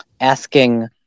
asking